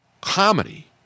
comedy